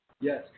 Yes